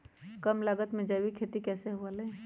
कम लागत में जैविक खेती कैसे हुआ लाई?